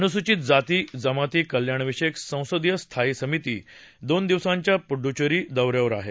अनुसूचित जाती जमाती कल्याणविषयक संसदीय स्थायी समिती दोन दिवसांच्या पुदुच्चेरी दौऱ्यावर आहे